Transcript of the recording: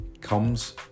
comes